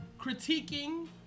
critiquing